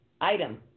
item